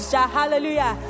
Hallelujah